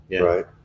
Right